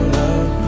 love